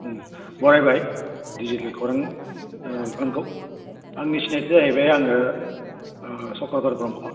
बरायबाय digital खौरां नोंथांखौ आंनि सिनायथिया जाहैबाय आङो सख्रधर ब्रम्ह